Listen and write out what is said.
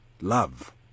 Love